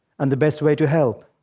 and the best way to help.